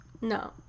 No